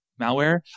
malware